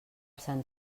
sant